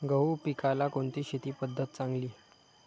गहू पिकाला कोणती शेती पद्धत चांगली?